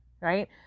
right